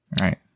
Right